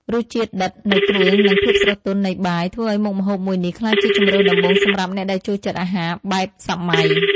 រសជាតិដិតនៃគ្រឿងនិងភាពស្រទន់នៃបាយធ្វើឱ្យមុខម្ហូបមួយនេះក្លាយជាជម្រើសដំបូងសម្រាប់អ្នកដែលចូលចិត្តអាហារបែបសម័យ។